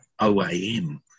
OAM